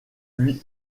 lui